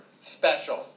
special